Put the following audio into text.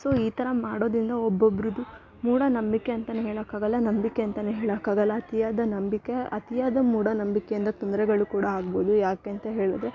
so ಈ ಥರ ಮಾಡೋದರಿಂದ ಒಬ್ಬೊಬ್ಬರದು ಮೂಢನಂಬಿಕೆ ಅಂತನೆ ಹೇಳಕ್ಕಾಗಲ್ಲ ನಂಬಿಕೆ ಅಂತನು ಹೇಳಕ್ಕಾಗಲ್ಲ ಅತಿಯಾದ ನಂಬಿಕೆ ಅತಿಯಾದ ಮೂಢನಂಬಿಕೆಯಿಂದ ತೊಂದರೆಗಳು ಆಗ್ಬೌದು ಯಾಕೆ ಅಂತ ಹೇಳಿದ್ರೆ